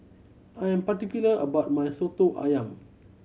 I am particular about my Soto Ayam